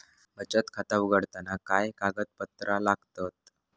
बचत खाता उघडताना काय कागदपत्रा लागतत?